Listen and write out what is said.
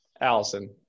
Allison